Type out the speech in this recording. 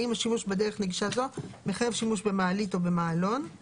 האם השימוש בדרך נגישה זו מחייב שימוש במעלית או במעלון.